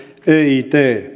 eiu